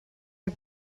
are